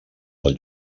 del